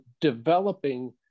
developing